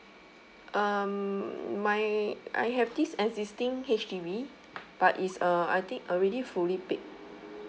um my I have this existing H_D_B but it's uh I think already fully paid